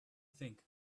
think